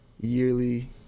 yearly